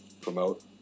promote